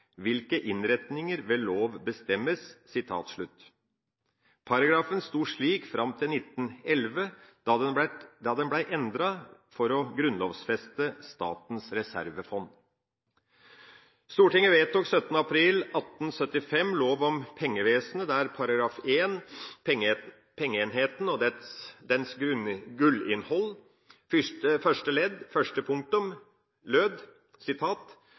hvilke Indretninger ved Lov bestemmes.» Paragrafen sto slik fram til 1911, da den ble endret for å grunnlovfeste statens reservefond. Stortinget vedtok 17. april 1875 Lov om Pengevæsenet, der § 1 – Pengeenheten og dens gullinnhold – første ledd første punktum lød: